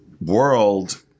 world